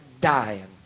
Dying